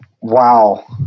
wow